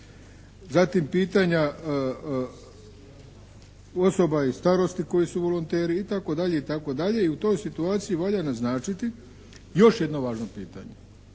zatim pitanja osoba i starosti koje su volonteri itd. I u toj situaciji valja naznačiti još jedno važno pitanje,